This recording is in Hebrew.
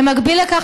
במקביל לכך,